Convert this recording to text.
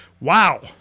Wow